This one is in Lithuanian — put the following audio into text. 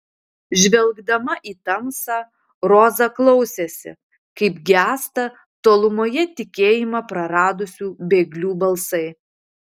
žvelgdama į tamsą roza klausėsi kaip gęsta tolumoje tikėjimą praradusių bėglių balsai